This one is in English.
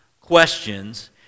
questions